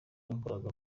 nakoraga